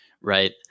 Right